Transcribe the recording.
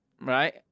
right